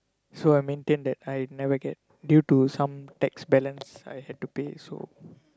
so I maintain that I never get due to some tax balance I had to pay so